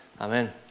Amen